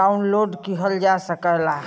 download किहल जा सकला